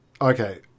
Okay